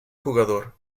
jugador